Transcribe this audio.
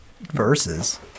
verses